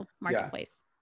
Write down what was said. marketplace